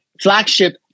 flagship